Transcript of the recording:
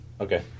Okay